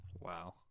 Wow